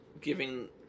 giving